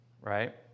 right